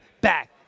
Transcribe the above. back